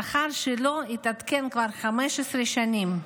שכר שלא התעדכן כבר 15 שנים.